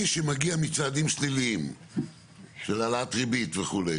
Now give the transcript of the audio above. שמגיע מצעדים שליליים של העלאת ריבית וכו'.